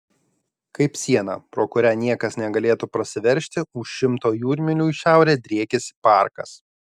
kaip siena pro kurią niekas negalėtų prasiveržti už šimto jūrmylių į šiaurę driekiasi parkas